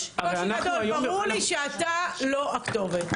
יש קושי גדול וברור לי שאתה לא הכתובת.